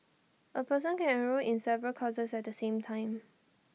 A person can enrol in several courses at the same time